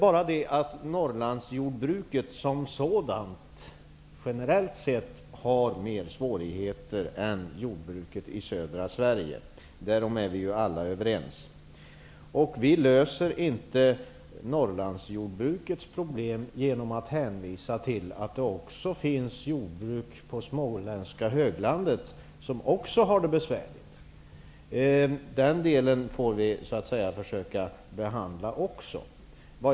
Men Norrlandsjordbruket som sådant har generellt sett mer svårigheter än jordbruket i södra Sverige. Därom är vi ju alla överens. Vi löser inte Norrlandsjordbrukets problem genom att hänvisa till att det finns jordbruk på småländska höglandet som också har det besvärligt. Den delen får vi försöka behandla för sig.